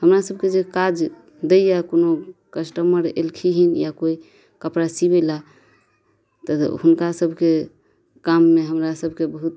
हमरा सबके जे काज दैया कोनो कस्टमर अयलखिन या कोइ कपड़ा सीबै लए तऽ हुनका सबके काममे हमरा सबके बहुत